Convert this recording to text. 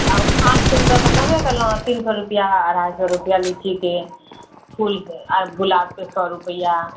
आउ आमके तऽ कहबे केलहुँ तीन सए रुपिआ अढ़ाइ सए रुपिआ लीचीके फूलके आ गुलाबके सए रुपिआ